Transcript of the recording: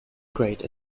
great